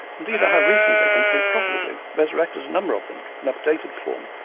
indeed i have recently, and very profitably, resurrected a number of them, in updated form,